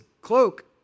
cloak